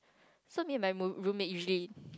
so me and my roommate usually